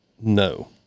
no